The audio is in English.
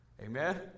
Amen